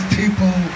people